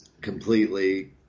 completely